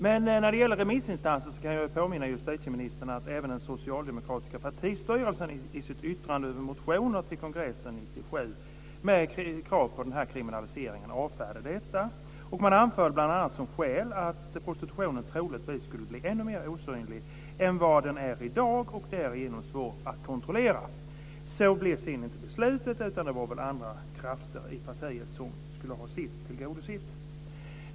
Men när det gäller remissinstanser kan jag påminna justitieministern om att även den socialdemokratiska partistyrelsen i sitt yttrande över motioner med krav på denna kriminalisering till kongressen 1997 avfärdade detta. Man anförde bl.a. som skäl att prostitutionen troligtvis skulle bli ännu mer osynlig än vad den var och därigenom svår att kontrollera. Så blev inte beslutet, utan det var väl andra krafter i partiet som skulle ha sitt tillgodosett.